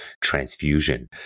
transfusion